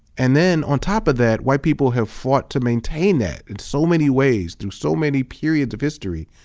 and then on top of that, white people have fought to maintain that in so many ways through so many periods of history,